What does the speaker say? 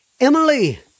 Emily